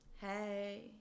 Hey